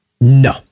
No